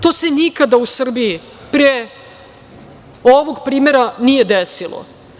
To se nikada u Srbiji pre ovog primera nije desilo.